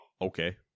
Okay